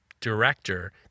director